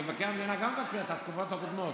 מבקר המדינה גם מבקר את התקופות הקודמות,